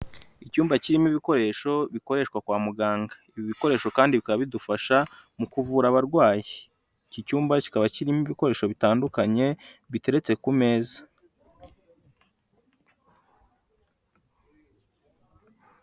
Icyumba kirimo ibikoresho bikoreshwa kwa muganga, ibi bikoresho kandi bikaba bidufasha mu kuvura abarwayi, iki cyumba kikaba kirimo ibikoresho bitandukanye biteretse ku meza.